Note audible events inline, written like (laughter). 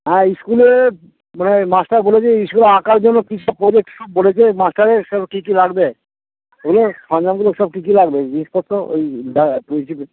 হ্যাঁ স্কুলে মানে মাস্টার বলেছে স্কুলে আঁকার জন্য কী সব প্রজেক্ট কী সব বলেছে মাস্টারের সব কী কী লাগবে এই এই সরঞ্জামগুলো সব কী কী লাগবে জিনিসপত্র এই ব্যাগ (unintelligible)